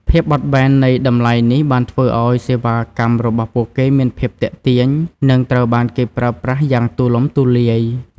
ភាពបត់បែននៃតម្លៃនេះបានធ្វើឱ្យសេវាកម្មរបស់ពួកគេមានភាពទាក់ទាញនិងត្រូវបានគេប្រើប្រាស់យ៉ាងទូលំទូលាយ។